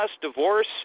divorce